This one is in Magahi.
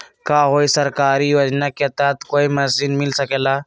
का कोई सरकारी योजना के तहत कोई मशीन मिल सकेला?